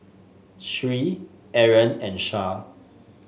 Sri Aaron and Shah